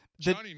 Johnny